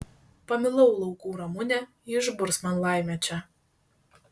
pamilau laukų ramunę ji išburs man laimę čia